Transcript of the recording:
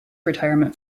retirement